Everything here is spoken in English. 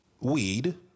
weed